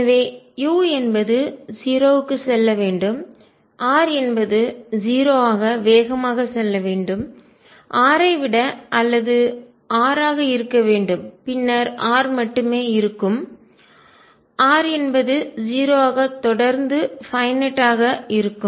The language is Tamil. எனவே u என்பது 0 க்கு செல்ல வேண்டும் r என்பது 0 ஆக வேகமாக செல்ல வேண்டும் r ஐ விட அல்லது r ஆக இருக்க வேண்டும் பின்னர் r மட்டுமே இருக்கும் r என்பது 0 ஆக தொடர்ந்து பைன்நட் ஆக வரையறுக்கப்பட்டதாக இருக்கும்